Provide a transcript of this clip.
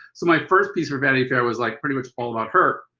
so my first piece for vanity fair was like pretty much all about her,